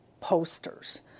posters